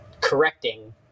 correcting